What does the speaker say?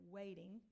waiting